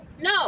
no